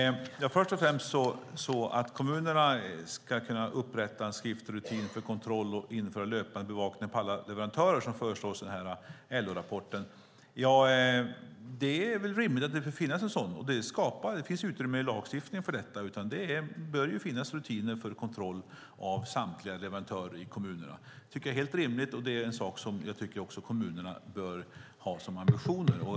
Fru talman! Först och främst, ska kommunerna kunna upprätta en skriftlig rutin för kontroll och införa löpande bevakning på alla leverantörer som föreslås i den här LO-rapporten? Ja, det är väl rimligt att det bör finnas en sådan rutin, och det finns utrymme i lagstiftningen för detta. Det bör finnas rutiner för kontroll av samtliga leverantörer i kommunerna. Det tycker jag är helt rimligt, och det är en sak som jag tycker att kommunerna bör ha som ambition.